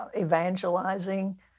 evangelizing